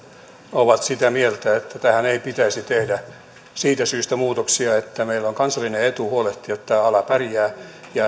ovat sitä mieltä että tähän ei pitäisi tehdä muutoksia siitä syystä että meillä on kansallinen etu huolehtia että tämä ala pärjää